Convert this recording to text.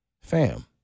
fam